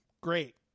great